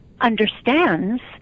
understands